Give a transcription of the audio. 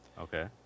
Okay